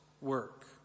work